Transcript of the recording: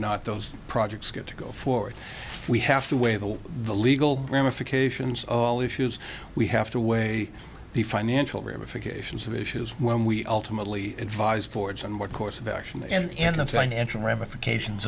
not those projects get to go forward we have to weigh the the legal ramifications of all the issues we have to weigh the financial ramifications of issues when we ultimately advise boards on what course of action and the financial ramifications